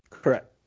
Correct